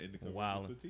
Wow